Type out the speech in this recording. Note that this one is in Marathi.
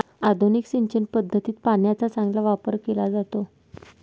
आधुनिक सिंचन पद्धतीत पाण्याचा चांगला वापर केला जातो